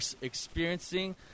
experiencing